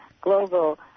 global